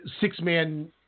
six-man